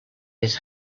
his